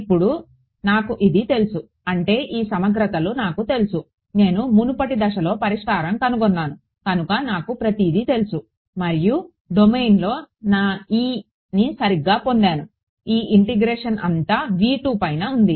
ఇప్పుడు నాకు ఇది తెలుసు అంటే ఈ సమగ్రతలు నాకు తెలుసు నేను మునుపటి దశలో పరిష్కారం కనుగోన్నాను కనుక నాకు ప్రతిదీ తెలుసు మరియు డొమైన్లో నా E ని సరిగ్గా పొందాను ఈ ఇంటిగ్రేషన్ అంతా పైన ఉంది